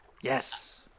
Yes